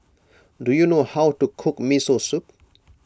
do you know how to cook Miso Soup